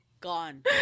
Gone